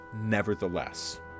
nevertheless